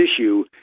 issue